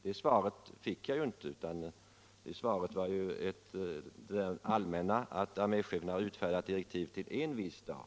Det svaret fick jag inte, utan svaret innebär bara att armé chefen utfärdat direktiv beträffande en viss dag.